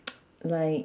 like